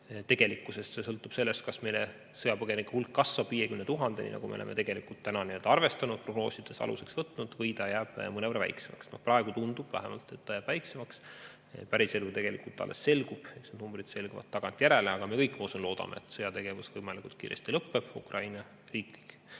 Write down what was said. Tegelikkuses see sõltub sellest, kas meil sõjapõgenike hulk kasvab 50 000-ni, nagu oleme arvestanud ja prognoosides aluseks võtnud, või ta jääb mõnevõrra väiksemaks. Praegu tundub vähemalt, et jääb väiksemaks. Päriselu tegelikult alles selgub, need numbrid selguvad tagantjärele, aga me kõik loodame, et sõjategevus võimalikult kiiresti lõppeb, Ukraina riiklik